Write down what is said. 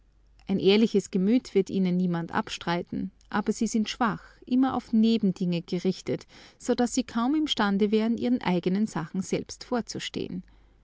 ein ehrliches gemüt wird ihnen niemand abstreiten aber sie sind schwach immer auf nebendinge gerichtet so daß sie kaum imstande wären ihren eigenen sachen selbst vorzustehen